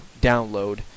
download